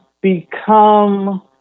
become